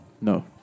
No